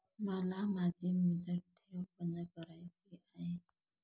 मला माझी मुदत ठेव बंद करायची आहे